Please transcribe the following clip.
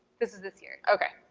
this is this year. okay.